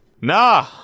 Nah